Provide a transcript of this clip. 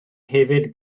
hefyd